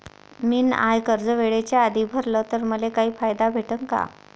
मिन माय कर्ज वेळेच्या आधी भरल तर मले काही फायदा भेटन का?